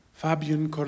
Fabian